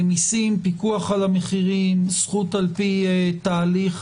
מיסים, פיקוח על המחירים, זכות לפי תהליך